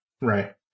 Right